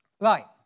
Right